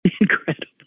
Incredible